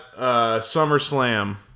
SummerSlam